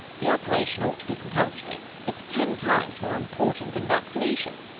the operation ought to be compulsory it's ten times more important than vaccination.